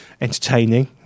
entertaining